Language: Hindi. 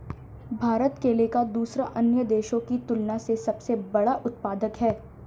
भारत केले का दूसरे अन्य देशों की तुलना में सबसे बड़ा उत्पादक है